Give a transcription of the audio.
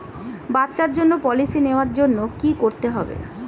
বাচ্চার জন্য পলিসি নেওয়ার জন্য কি করতে হবে?